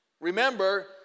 Remember